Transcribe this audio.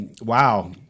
wow